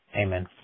Amen